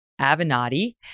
Avenatti